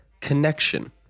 connection